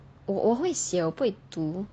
我我会写我不会读